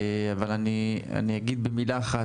רבנים.